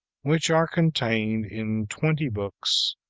which are contained in twenty books,